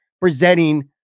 presenting